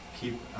keep